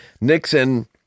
Nixon